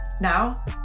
Now